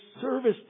service